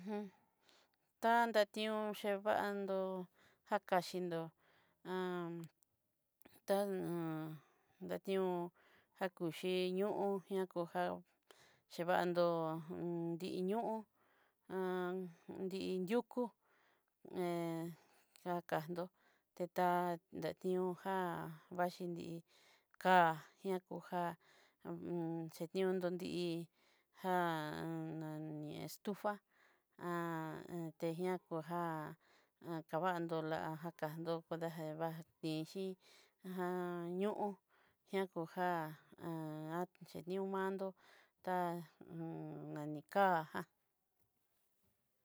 Uj, tantatión chevandó jakaxhinró tana datión dakuxhi ñó'o yekojá chevando dikiño'o ii yukú, he jakandó, tetá deniojá xhí nrí ká'a ña ko já hu u un xherionddí'i ja un nani estufá, nia koja'á kavandolá jakando kudajeva tichíi, aja ño'o ña kojá iniomantó ta nani kabajá